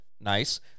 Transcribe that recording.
nice